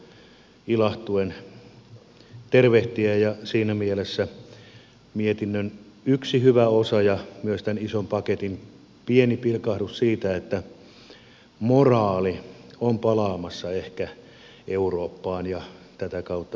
siinä mielessä se on mietinnön yksi hyvä osa ja myös tämän ison paketin pieni pilkahdus siitä että moraali on ehkä palaamassa eurooppaan ja tätä kautta myös suomeen